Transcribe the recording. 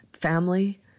family